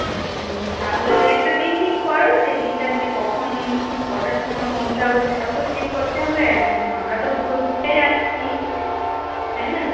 হুম তাহলে একটা দিন ঠিক করো সেই দিনটাতে কখন কটার সময় পৌঁছাব সেটাও তো ঠিক করতে হবে এবং আমরা তো ঘুরতে যাচ্ছি তাই না